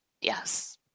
yes